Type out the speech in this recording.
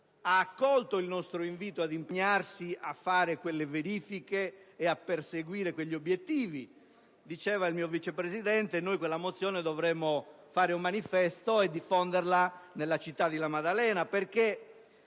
accolto il nostro invito ad impegnarsi a fare quelle verifiche e a perseguire quegli obiettivi. Diceva il mio Vice Presidente che di quella mozione dovremmo fare un manifesto e diffonderla nella città della Maddalena.